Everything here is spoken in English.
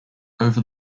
over